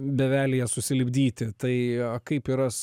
bevelija susilipdyti tai kaip yra su